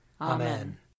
Amen